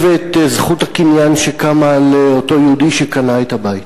את זכות הקניין שקמה לאותו יהודי שקנה את הבית.